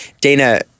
Dana